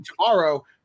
tomorrow